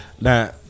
Now